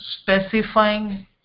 specifying